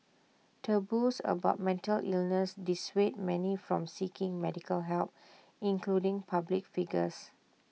taboos about mental illness dissuade many from seeking medical help including public figures